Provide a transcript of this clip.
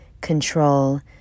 control